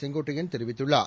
செங்கோட்டையன் தெரிவித்துள்ளார்